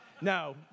No